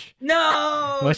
No